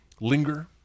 linger